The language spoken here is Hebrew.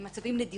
הם מצבים נדירים,